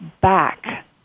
back